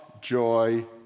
joy